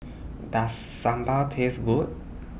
Does Sambal Taste Good